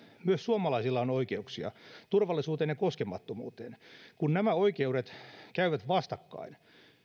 myös suomalaisilla on oikeuksia turvallisuuteen ja koskemattomuuteen kun nämä oikeudet käyvät vastakkain